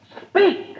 speak